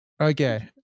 Okay